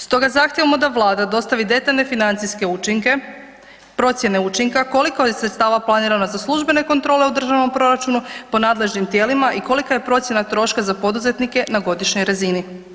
Stoga zahtijevamo da vlada dostavi detaljne financijske učinke, procijene učinka, koliko je sredstava planirano za službene kontrole u državnom proračuna po nadležnim tijelima i kolika je procjena troška za poduzetnika na godišnjoj razini.